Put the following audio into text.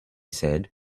said